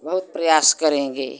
बहुत प्रयास करेंगे